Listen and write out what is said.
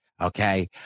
Okay